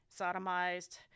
sodomized